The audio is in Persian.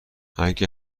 اگه